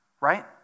right